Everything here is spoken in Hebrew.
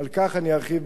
ועל כך אני ארחיב בהמשך.